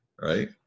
Right